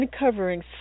uncovering